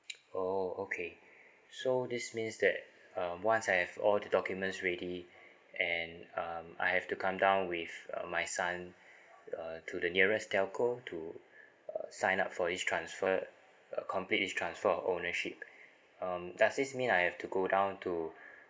oh okay so this means that um once I have all the documents ready and um I have to come down with uh my son uh to the nearest telco to uh sign up for this transfer uh complete this transfer of ownership um does this means I have to go down to